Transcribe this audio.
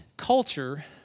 Culture